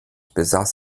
besaß